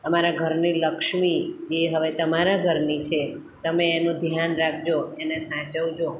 અમારા ઘરની લક્ષ્મી એ હવે તમારા ઘરની છે તમે એનું ધ્યાન રાખજો એને સાચવજો